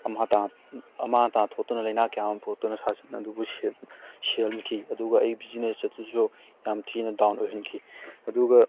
ꯑꯃꯥꯡ ꯑꯇꯥ ꯑꯃꯥꯡ ꯑꯇꯥ ꯊꯣꯛꯇꯨꯅ ꯂꯥꯏꯅꯥ ꯀꯌꯥ ꯑꯃ ꯄꯣꯛꯇꯨꯅ ꯁꯥ ꯁꯟ ꯑꯗꯨꯕꯨ ꯁꯤꯍꯟ ꯁꯤꯍꯟꯈꯤ ꯑꯗꯨꯒ ꯑꯩ ꯕꯤꯖꯤꯅꯦꯁ ꯑꯗꯨꯁꯨ ꯌꯥꯝ ꯊꯤꯅ ꯗꯥꯎꯟ ꯑꯣꯏꯍꯟꯈꯤ ꯑꯗꯨꯒ